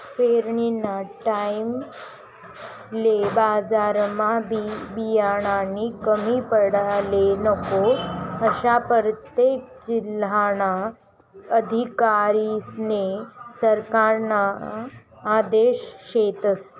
पेरनीना टाईमले बजारमा बी बियानानी कमी पडाले नको, आशा परतेक जिल्हाना अधिकारीस्ले सरकारना आदेश शेतस